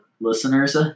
listeners